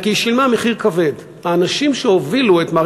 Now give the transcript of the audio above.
אני אומר את זה לא כי אני מתגעגע לימים האלה,